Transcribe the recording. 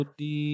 di